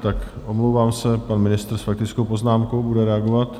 Ne, omlouvám se, pan ministr s faktickou poznámkou bude reagovat.